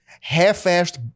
half-assed